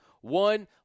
One